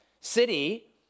city